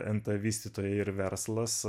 nt vystytojai ir verslas